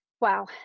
wow